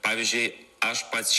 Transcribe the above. pavyzdžiui aš pats